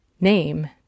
name